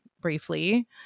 briefly